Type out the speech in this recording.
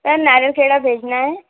sir Nariyal Kheda भेजना है